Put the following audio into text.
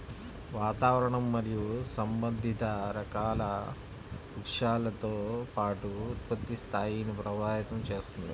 వాతావరణం మరియు సంబంధిత రకాల వృక్షాలతో పాటు ఉత్పత్తి స్థాయిని ప్రభావితం చేస్తుంది